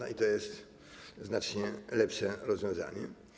I to jest znacznie lepsze rozwiązanie.